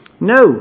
No